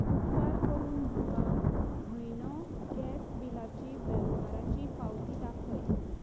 उपकार करून म्हाका म्हयनो गॅस बिलाची वेव्हाराची पावती दाखय